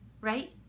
right